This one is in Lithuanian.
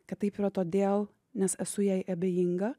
kad taip yra todėl nes esu jai abejinga